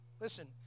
Listen